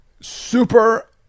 super